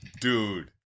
Dude